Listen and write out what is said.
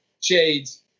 shades